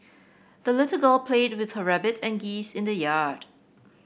the little girl played with her rabbit and geese in the yard